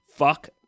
Fuck